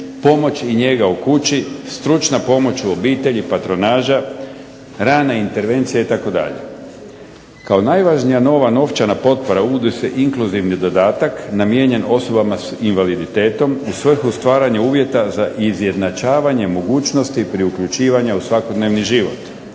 pomoć i njega u kući, stručna pomoć u obitelji, patronaža, rana intervencija itd. Kao najvažnija nova novčana potpora uvodi se inkluzivni dodatak namijenjen osobama s invaliditetom u svrhu stvaranja uvjeta za izjednačavanje mogućnosti pri uključivanju u svakodnevni život.